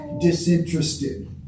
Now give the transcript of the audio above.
disinterested